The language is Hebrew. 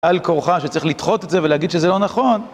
על כרחן שצריך לדחות את זה ולהגיד שזה לא נכון,